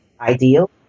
ideal